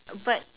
but